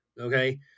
Okay